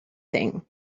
thing